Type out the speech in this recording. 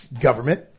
Government